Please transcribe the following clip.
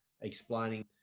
explaining